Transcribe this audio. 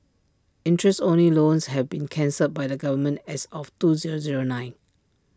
interest only loans have been cancelled by the government as of two zero zero nine